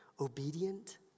obedient